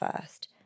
first